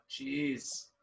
Jeez